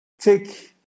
take